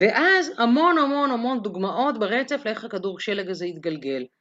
ואז המון המון המון דוגמאות ברצף לאיך הכדור שלג הזה יתגלגל.